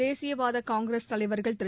தேசியவாத காங்கிரஸ் தலைவர்கள் திரு